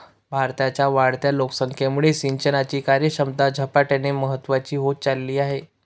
भारताच्या वाढत्या लोकसंख्येमुळे सिंचनाची कार्यक्षमता झपाट्याने महत्वाची होत चालली आहे